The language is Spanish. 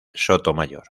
sotomayor